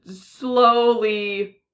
slowly